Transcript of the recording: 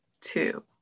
two